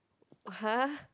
[huh]